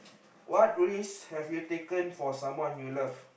what risk have you taken for someone you love